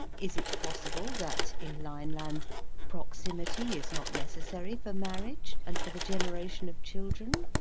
is it possible that in lineland proximity is not necessary for marriage and for the generation of children?